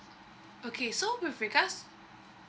okay so with regards